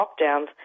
lockdowns